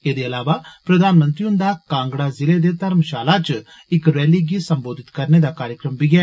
एदे अलावा प्रधानमंत्री हुन्दा कांगड़ा जिले दे धर्मषाला च इक रैली गी सम्बोधित करने दा बी कार्यक्रम ऐ